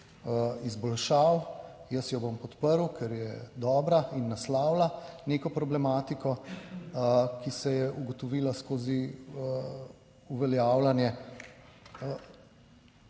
izboljšav. Jaz jo bom podprl, ker je dobra in naslavlja neko problematiko, ki se je ugotovila skozi uveljavljanje.